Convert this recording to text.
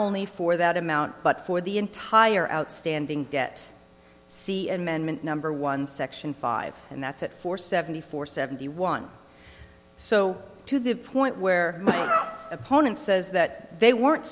only for that amount but for the entire outstanding debt see amendment number one section five and that's it for seventy four seventy one so to the point where my opponent says that they weren't